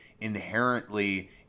inherently